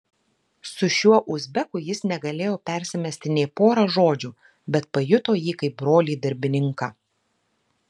su šiuo uzbeku jis negalėjo persimesti nė pora žodžių bet pajuto jį kaip brolį darbininką